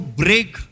break